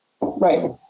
right